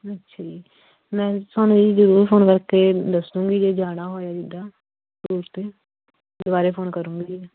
ਅੱਛਾ ਜੀ ਮੈਂ ਤੁਹਾਨੂੰ ਜੀ ਜ਼ਰੂਰ ਫੋਨ ਕਰਕੇ ਦੱਸੂੰਗੀ ਜੇ ਜਾਣਾ ਹੋਇਆ ਜਿੱਦਾਂ ਟੂਰ 'ਤੇ ਦੁਬਾਰੇ ਫੋਨ ਕਰੂੰਗੀ